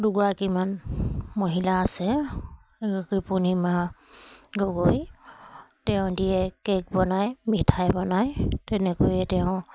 দুগৰাকীমান মহিলা আছে পূৰ্ণিমা গগৈ তেওঁ দিয়ে কে'ক বনায় মিঠাই বনায় তেনেকৈয়ে তেওঁ